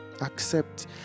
Accept